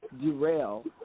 derail